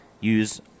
use